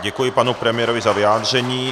Děkuji panu premiérovi za vyjádření.